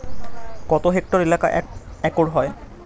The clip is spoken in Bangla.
কত হেক্টর এলাকা এক একর হয়?